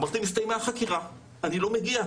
אמרתי להם הסתיימה החקירה, אני לא מגיע.